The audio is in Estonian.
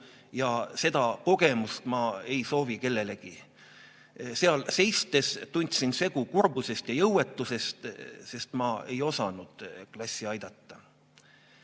ja seda kogemust ma ei soovi kellelegi. Seal seistes tundsin segu kurbusest ja jõuetusest, sest ma ei osanud klassi aidata.